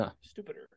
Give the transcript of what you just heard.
stupider